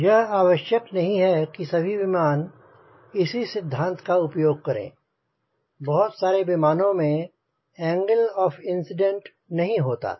यह आवश्यक नहीं है कि सभी विमान इसी सिद्धांत का उपयोग करें बहुत सारे विमानों में एंगल ऑफ इंसीडेंट नहीं होता है